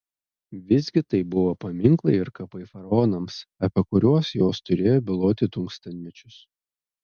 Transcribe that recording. visgi tai buvo paminklai ir kapai faraonams apie kuriuos jos turėjo byloti tūkstantmečius